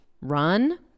run